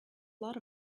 lot